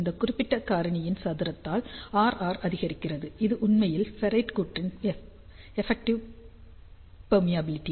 இந்த குறிப்பிட்ட காரணியின் சதுரத்தால் Rr அதிகரிக்கிறது இது உண்மையில் ஃபெரைட் கூற்றின் எஃப்ஃபெக்டிவ் பெர்மீயபிலிட்டி